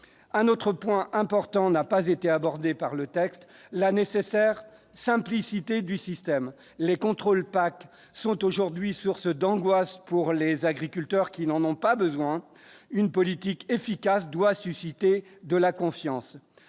un autre point important, n'a pas été abordé par le texte, la nécessaire simplicité du système : les contrôles packs sont aujourd'hui source d'angoisse pour les agriculteurs qui n'en ont pas besoin une politique efficace doit susciter de la confiance,